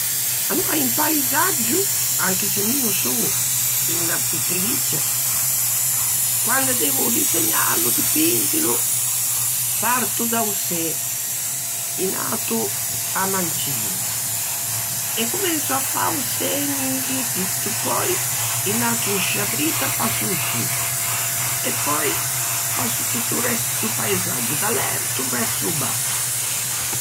Aloa un paisaggio, anche se mi no son unna pittrice, quande devo disegnâlo, dipinzilo, parto da-o çê in ato a-a manciña, e comenso à fa o çê e nuvie, e tutto, pöi in ato in sciâ drita fasso o sô e pöi fasso tutto o resto do paisaggio, da l'erto verso o basso.